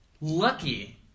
lucky